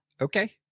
okay